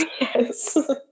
Yes